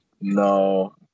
No